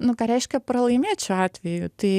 nu ką reiškia pralaimėt šiuo atveju tai